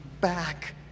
back